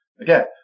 again